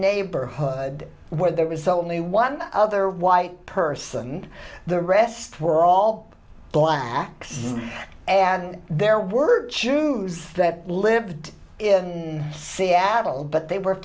neighborhood where there was only one other white person the rest were all blacks and there were jews that lived in seattle but they were